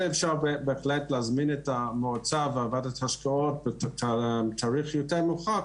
זה אפשר בהחלט להזמין את המועצה וועדת ההשקעות בתאריך יותר מאוחר,